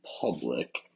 public